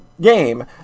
game